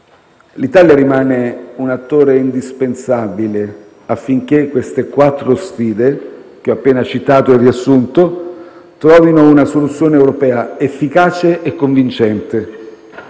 L'Italia rimane un attore indispensabile affinché le quattro sfide, che ho appena citato e riassunto, trovino una soluzione europea efficace e convincente.